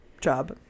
job